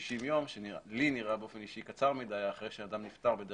ה-60 ימים שלי נראה באופן אישי קצר מדי אחרי שאדם נפטר.